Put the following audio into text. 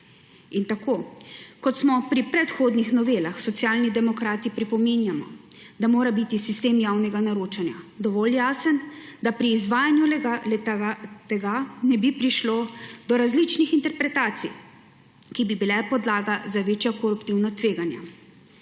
Tako kot smo pri predhodnih novelah, Socialni demokrati pripominjamo, da mora biti sistem javnega naročanja dovolj jasen, da pri izvajanj le-tega ne bi prišlo do različnih interpretacij, ki bi bile podlaga za večja koruptivna tveganja.